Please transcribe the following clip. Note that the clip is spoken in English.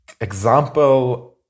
example